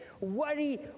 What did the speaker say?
Worry